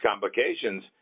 complications